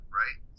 right